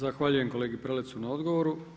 Zahvaljujem kolegi Prelecu na odgovoru.